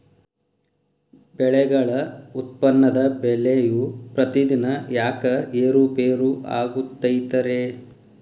ಬೆಳೆಗಳ ಉತ್ಪನ್ನದ ಬೆಲೆಯು ಪ್ರತಿದಿನ ಯಾಕ ಏರು ಪೇರು ಆಗುತ್ತೈತರೇ?